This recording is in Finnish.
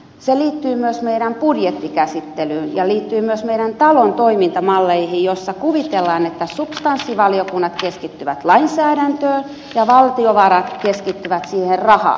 se liittyy myös meidän budjettikäsittelyymme ja liittyy myös meidän talon toimintamalleihin joissa kuvitellaan että substanssivaliokunnat keskittyvät lainsäädäntöön ja valtiovarat keskittyvät siihen raha asiaan